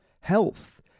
health